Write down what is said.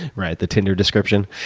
right, the tinder description.